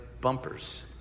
bumpers